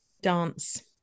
dance